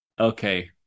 okay